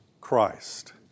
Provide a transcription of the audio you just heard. Christ